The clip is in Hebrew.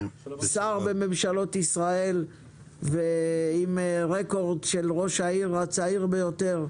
שר בממשלות ישראל ועם רקורד של ראש עיר הצעיר ביותר,